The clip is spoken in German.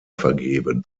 vergeben